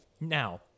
Now